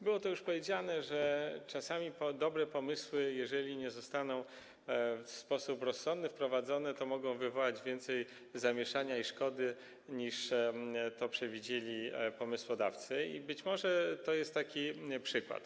Zostało tu już powiedziane, że czasami dobre pomysły, jeżeli nie zostaną w sposób rozsądny wprowadzone, mogą wywołać więcej zamieszania i szkody, niż przewidzieli pomysłodawcy, i być może ten projekt jest tego przykładem.